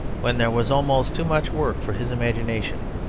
when there was almost too much work for his imagination,